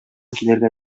килергә